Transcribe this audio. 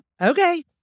Okay